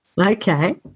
Okay